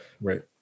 Right